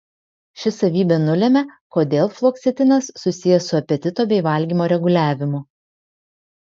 ši savybė nulemia kodėl fluoksetinas susijęs su apetito bei valgymo reguliavimu